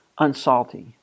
unsalty